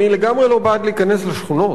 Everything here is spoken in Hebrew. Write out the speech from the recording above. אני לגמרי לא בעד להיכנס לשכונות.